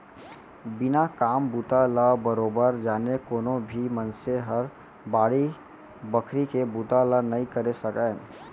बिना काम बूता ल बरोबर जाने कोनो भी मनसे हर बाड़ी बखरी के बुता ल नइ करे सकय